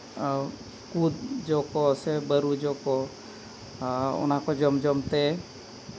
ᱠᱩᱸᱫ ᱡᱚ ᱠᱚ ᱥᱮ ᱵᱟᱹᱨᱩ ᱡᱚ ᱠᱚ ᱚᱱᱟ ᱠᱚ ᱡᱚᱢ ᱡᱚᱢ ᱛᱮ